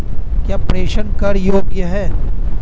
क्या प्रेषण कर योग्य हैं?